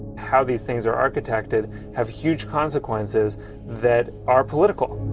how these things are architected have huge consequences that are political.